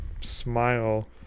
smile